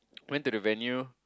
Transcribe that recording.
went to the venue